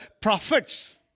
prophets